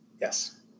Yes